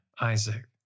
Isaac